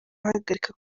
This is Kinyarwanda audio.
ahagarika